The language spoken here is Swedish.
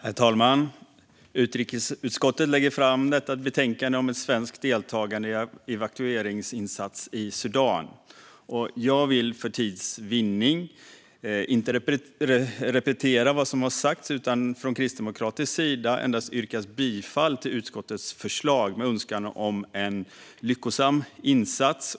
Herr talman! Utrikesutskottet lägger i dag fram detta betänkande om ett svenskt deltagande i evakueringsinsats i Sudan. Jag vill för tids vinnande inte repetera vad som redan har sagts utan för Kristdemokraternas räkning endast yrka bifall till utskottets förslag med önskan om en lyckosam insats.